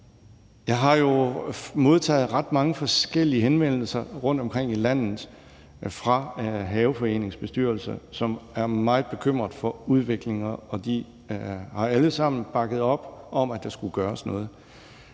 Jeg har jo modtaget ret mange forskellige henvendelser fra haveforeningsbestyrelser rundtomkring i landet, som er meget bekymret for den udvikling, og de har alle sammen bakket op om, at der skulle gøres noget.